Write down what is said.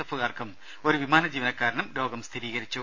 എഫുകാർക്കും ഒരു വിമാന ജീവനക്കാരനും രോഗം സ്ഥിരീകരിച്ചു